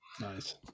Nice